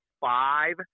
five